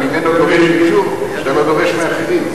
אתה דורש ממנו אישור שאתה לא דורש מאחרים.